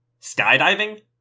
Skydiving